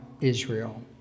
Israel